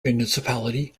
municipality